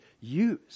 use